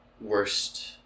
worst